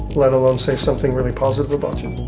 let alone say something really positive about you.